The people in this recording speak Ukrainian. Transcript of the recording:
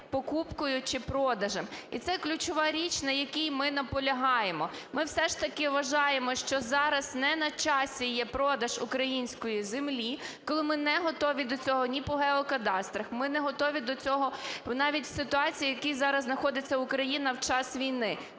покупкою чи продажем, і це ключова річ, на якій ми наполягаємо. Ми все ж таки вважаємо, що зараз не на часі є продаж української землі, коли ми не готові до цього ні по геокадастрах, ми не готові до цього навіть в ситуації, в якій зараз знаходиться Україна в час війни.